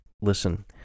listen